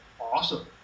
awesome